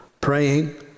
Praying